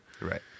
right